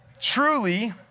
Truly